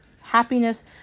Happiness